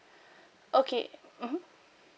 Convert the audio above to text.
okay mmhmm